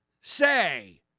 say